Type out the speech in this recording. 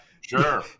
sure